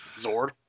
zord